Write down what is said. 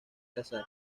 casar